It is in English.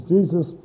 Jesus